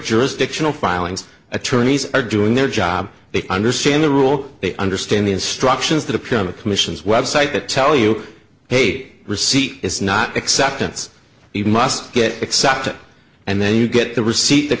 jurisdictional filings attorneys are doing their job they understand the rule they understand the instructions that appear on the commission's website that tell you hate receipt is not acceptance even must get accepted and then you get the receipt th